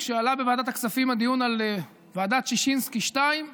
כשעלה בוועדת הכספים הדיון על ועדת ששינסקי 2,